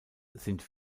sind